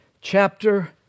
chapter